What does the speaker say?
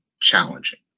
challenging